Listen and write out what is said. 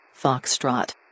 Foxtrot